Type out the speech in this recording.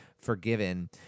forgiven